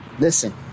Listen